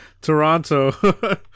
Toronto